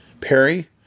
Perry